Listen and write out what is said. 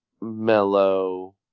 mellow